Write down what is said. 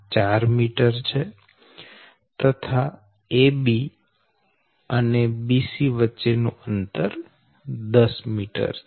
4 metre છે અને ab તથા bc વચ્ચે નું અંતર 10 મીટર છે